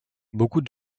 beaucoup